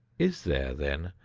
is there, then,